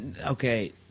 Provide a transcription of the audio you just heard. Okay